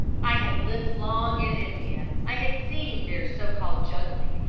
i had lived long in india. i had seen their so-called juggling,